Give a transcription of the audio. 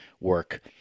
work